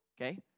okay